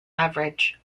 average